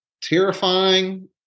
terrifying